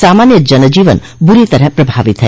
सामान्य जनजीवन बुरी तरह प्रभावित है